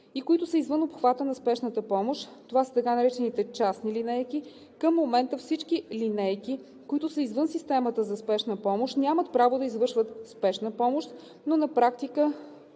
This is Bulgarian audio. и които са извън обхвата на спешната помощ, това са така наречените „частни линейки“. Към момента всички „линейки“, които са извън системата за спешна помощ, нямат право да извършват спешна помощ, но на практика